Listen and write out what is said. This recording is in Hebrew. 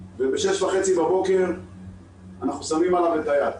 וב-06:30 בבוקר אנחנו שמים עליו את היד.